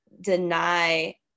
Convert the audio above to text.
deny